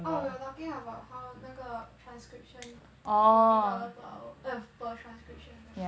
oh were talking about how 那个 transcription forty dollar per hour e~ per transcription 对吗